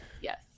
Yes